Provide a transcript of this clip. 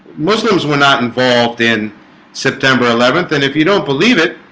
muslims were not involved in september eleventh, and if you don't believe it